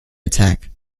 attack